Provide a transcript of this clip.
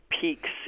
peaks